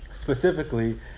Specifically